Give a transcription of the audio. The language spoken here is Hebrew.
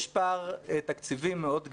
יש פער תקציבי מאוד גדול.